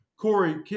Corey